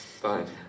Fine